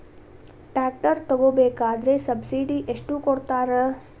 Tractor ತಗೋಬೇಕಾದ್ರೆ subsidy ಎಷ್ಟು ಕೊಡ್ತಾರ?